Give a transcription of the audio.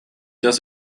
does